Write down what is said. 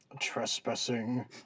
trespassing